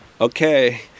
okay